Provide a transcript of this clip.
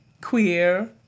queer